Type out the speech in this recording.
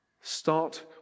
Start